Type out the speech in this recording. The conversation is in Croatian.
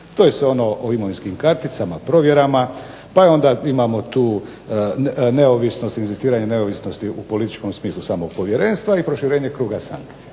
To je sve ono o imovinskim karticama, provjerama, pa onda imamo to inzistiranje neovisnosti u političkom smislu samog povjerenstva i proširenje kruga sankcija.